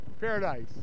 paradise